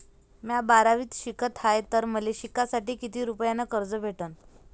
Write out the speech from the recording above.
म्या बारावीत शिकत हाय तर मले शिकासाठी किती रुपयान कर्ज भेटन?